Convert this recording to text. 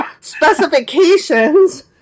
Specifications